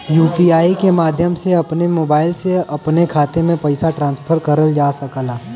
UPI के माध्यम से अपने मोबाइल से अपने खाते में पइसा ट्रांसफर करल जा सकला